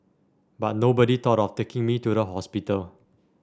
but nobody thought of taking me to the hospital